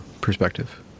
perspective